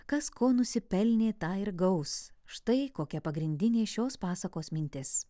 kas ko nusipelnė tą ir gaus štai kokia pagrindinė šios pasakos mintis